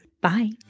bye